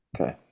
Okay